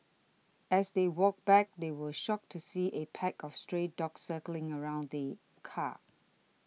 as they walked back they were shocked to see a pack of stray dogs circling around the car